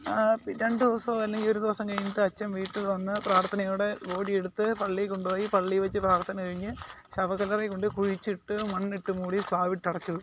രണ്ട് ദിവസവും അല്ലെങ്കിൽ ഒരുദിവസം കഴിഞ്ഞിട്ട് അച്ഛൻ വീട്ടിൽ വന്ന് പ്രാർത്ഥനയോടെ ബോഡിയെടുത്ത് പള്ളിയിൽ കൊണ്ടുപോയി പള്ളിയിൽ വച്ച് പ്രാർത്ഥന കഴിഞ്ഞ് ശവക്കല്ലറയിൽ കൊണ്ടുപോയി കുഴിച്ചിട്ട് മണ്ണിട്ട് മൂടി സ്ലാബിട്ട് അടച്ചിടും